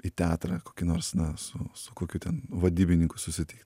į teatrą ar kokį nors na su su kokiu ten vadybininku susitikt